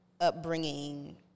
upbringing